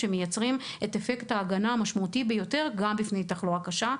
שמייצרים את אפקט ההגנה המשמעותי ביותר גם בפני תחלואה קשה,